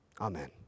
Amen